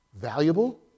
valuable